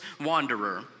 wanderer